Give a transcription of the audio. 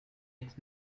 eggs